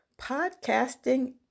Podcasting